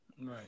Right